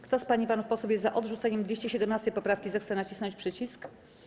Kto z pań i panów posłów jest za odrzuceniem 217. poprawki, zechce nacisnąć przycisk.